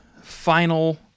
final